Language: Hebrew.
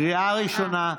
לקריאה ראשונה.